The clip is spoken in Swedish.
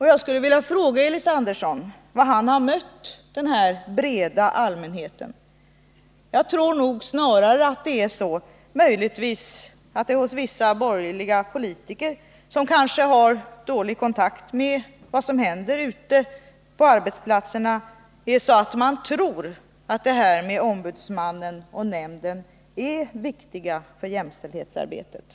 Jag skulle vilja fråga Elis Andersson var han har mött denna breda allmänhet. Jag tror snarare att det är så att vissa borgerliga politiker, som kanske har dålig kontakt med vad som händer ute på arbetsplatserna, tror att Nr 51 detta med ombudsmannen och jämställdhetsnämnden är viktigt för jäm Torsdagen den ställdhetsarbetet.